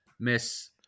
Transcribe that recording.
Miss